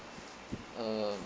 um